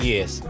Yes